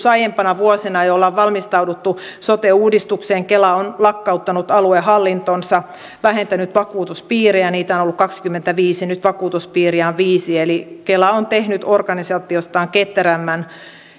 aiempina vuosina ja ollaan valmistauduttu sote uudistukseen kela on lakkauttanut aluehallintonsa vähentänyt vakuutuspiirejä niitä on ollut kaksikymmentäviisi nyt vakuutuspiirejä on viisi eli kela on tehnyt organisaatiostaan ketterämmän